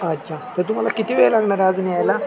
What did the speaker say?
अच्छा तर तुम्हाला किती वेळ लागणार आहे अजून यायला